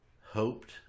hoped